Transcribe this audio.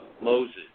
Moses